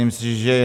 Děkuji.